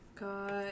Got